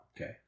Okay